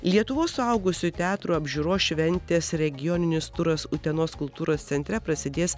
lietuvos suaugusiųjų teatrų apžiūros šventės regioninis turas utenos kultūros centre prasidės